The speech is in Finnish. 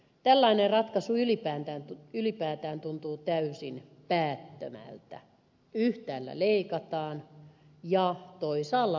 tällainen ratkaisu ylipäätään tuntuu täysin päättömältä yhtäällä leikataan ja toisaalla liimataan